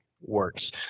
works